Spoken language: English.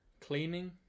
Cleaning